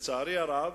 לצערי הרב,